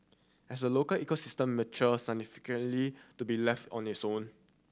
has the local ecosystem matured scientifically to be left on its own